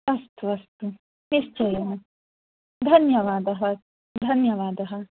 अस्तु अस्तु निश्चयेन धन्यवादः धन्यवादः